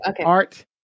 Art